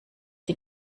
die